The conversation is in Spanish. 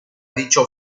dicho